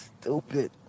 stupid